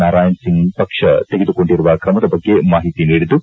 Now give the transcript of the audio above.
ನಾರಾಯಣ್ ಸಿಂಗ್ ಪಕ್ಷ ತೆಗೆದುಕೊಂಡಿರುವ ಕ್ರಮದ ಬಗ್ಗೆ ಮಾಹಿತಿ ನೀಡಿದ್ದು